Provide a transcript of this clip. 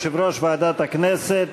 יושב-ראש ועדת הכנסת.